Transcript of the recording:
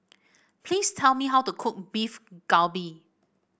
please tell me how to cook Beef Galbi